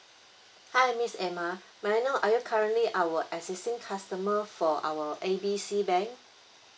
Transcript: hi miss emma may I know are you currently our existing customer for our A B C bank